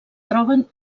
troben